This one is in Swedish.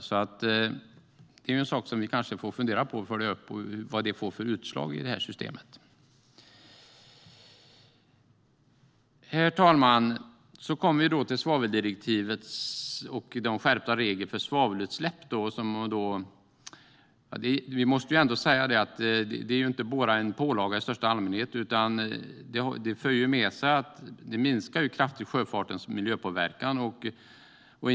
Vi får kanske fundera på att följa upp vad det får för utslag i det här systemet. Herr talman! Så kommer vi till svaveldirektivet och de skärpta reglerna för svavelutsläpp. Det måste ändå sägas att det inte bara är en pålaga i största allmänhet, utan det för med sig att sjöfartens miljöpåverkan kraftigt minskas.